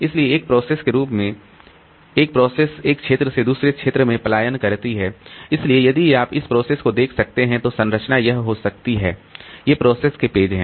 इसलिए एक प्रोसेस के रूप में एक प्रोसेस एक क्षेत्र से दूसरे क्षेत्र में पलायन करती है इसलिए यदि आप इस प्रोसेस को देख सकते हैं तो संरचना यह हो सकती है ये प्रोसेस के पेज हैं